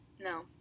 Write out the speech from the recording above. No